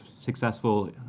successful